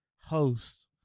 host